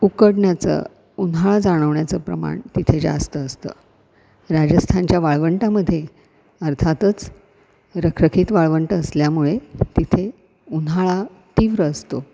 उकडण्याचं उन्हाळा जाणवण्याचं प्रमाण तिथे जास्त असतं राजस्थानच्या वाळवंटामध्ये अर्थातच रखरखित वाळवंट असल्यामुळे तिथे उन्हाळा तीव्र असतो